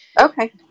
Okay